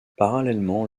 parallèlement